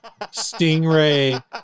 stingray